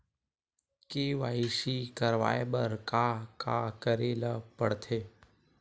KYC करवाय बर का का करे ल पड़थे?